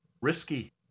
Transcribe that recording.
risky